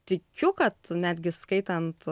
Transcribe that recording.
tikiu kad netgi skaitant